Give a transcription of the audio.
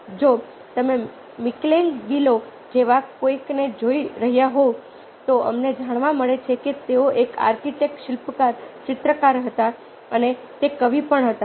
જો તમે મિકેલેન્ગીલો જેવા કોઈકને જોઈ રહ્યા હોવ તો અમને જાણવા મળે છે કે તે એક આર્કિટેક્ટ શિલ્પકાર ચિત્રકાર હતો અને તે કવિ પણ હતો